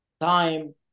time